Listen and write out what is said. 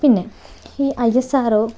പിന്നെ ഈ I S R O